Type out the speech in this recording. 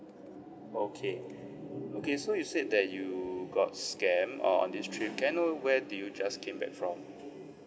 okay okay so you said that you got scammed on this trip can I know where do you just came back from